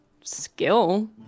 skill